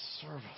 service